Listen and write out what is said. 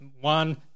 one